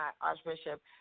Archbishop